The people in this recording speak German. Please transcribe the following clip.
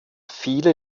viele